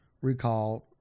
recalled